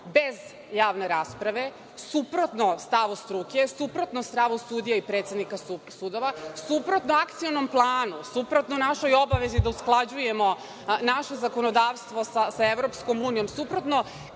bez javne rasprave, suprotno stavu struke, suprotno stavu sudija i predsednika sudova, suprotno Akcionom planu, suprotno našoj obavezi da usklađujemo naše zakonodavstvo sa Evropskom unijom, suprotno